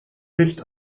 licht